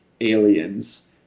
aliens